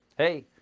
hey,